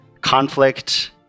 conflict